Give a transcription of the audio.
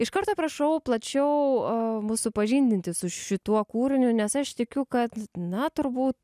iš karto prašau plačiau mus supažindinti su šituo kūriniu nes aš tikiu kad na turbūt